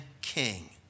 King